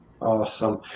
Awesome